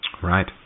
Right